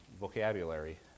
vocabulary